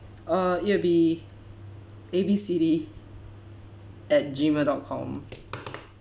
uh it'll be A B C D at gmail dot com